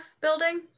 building